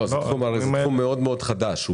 זה תחום מאוד מאוד חדש.